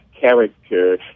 character